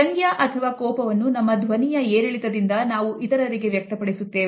ವ್ಯಂಗ್ಯ ಅಥವಾ ಕೋಪವನ್ನು ನಮ್ಮ ಧ್ವನಿ ಏರಿಳಿತದಿಂದ ನಾವು ಇತರರಿಗೆ ವ್ಯಕ್ತಪಡಿಸುತ್ತೇವೆ